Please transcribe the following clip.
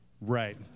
Right